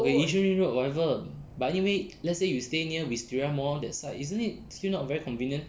okay yishun ring road whatever but anyway let's say you stay near wisteria mall that side isn't it still not very convenient then don't stay there for their mistake